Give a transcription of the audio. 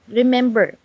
remember